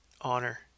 honor